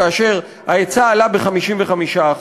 כאשר ההיצע עלה ב-55%.